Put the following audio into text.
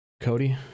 Cody